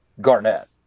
Garnett